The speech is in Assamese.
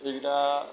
এইকেইটা